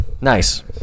Nice